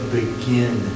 begin